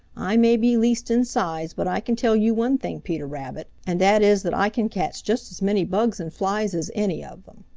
i may be least in size, but i can tell you one thing, peter rabbit, and that is that i can catch just as many bugs and flies as any of them.